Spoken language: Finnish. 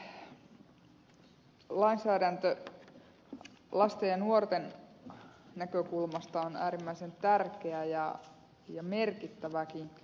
lainsäädäntö lasten ja nuorten näkökulmasta on äärimmäisen tärkeää ja merkittävääkin